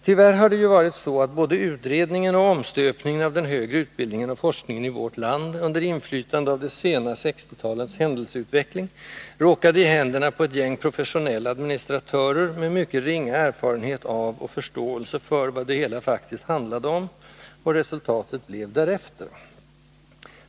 Tyvärr har det ju varit så att både utredningen och omstöpningen av den högre utbildningen och forskningen i vårt land, under inflytande av det sena 1960-talets händelseutveckling, råkade i händerna på ett gäng professionella administratörer med mycket ringa erfarenhet av och förståelse för vad det hela faktiskt handlade om, och resultatet blev därefter.